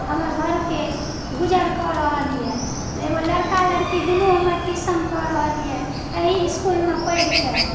हमर घरके गुजरकऽ रहलए एगो लड़का लड़की दुनु हमर ट्युशन कऽ रहलए एहि इस्कूलमे पढ़िके